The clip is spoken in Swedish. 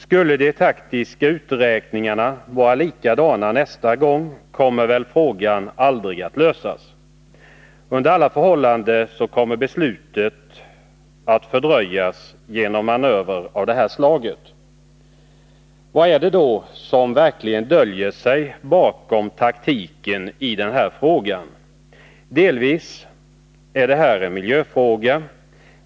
Skulle de taktiska uträkningarna vara likadana nästa gång, kommer väl frågan aldrig att lösas. Under alla förhållanden kommer beslutet att fördröjas genom manövrer av det här slaget. Vad är det då som verkligen döljer sig bakom taktiken? Delvis är det här en miljöfråga.